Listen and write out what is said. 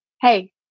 hey